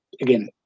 again